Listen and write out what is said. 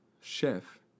chef